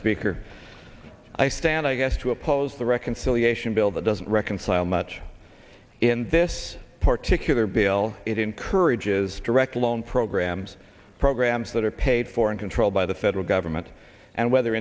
speaker i stand i guess to oppose the reconciliation bill that doesn't reconcile much in this particular bill it encourages direct loan programs programs that are paid for and controlled by the federal government and whether